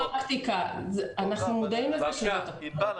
ענבל,